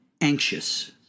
anxious